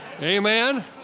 Amen